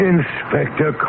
Inspector